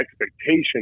expectation